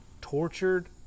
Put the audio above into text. tortured